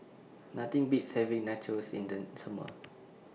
Nothing Beats having Nachos in The Summer